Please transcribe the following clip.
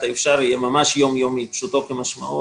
האפשר יהיה ממש יום יומי פשוטו כמשמעו,